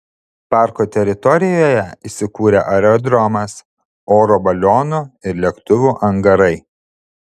parko teritorijoje įsikūrė aerodromas oro balionų ir lėktuvų angarai